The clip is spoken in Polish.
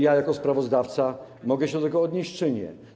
Jako sprawozdawca mogę się do tego odnieść, czy nie?